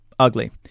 Ugly